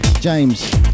James